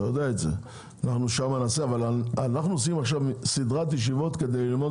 אנחנו עושים עכשיו סדרת ישיבות כדי ללמוד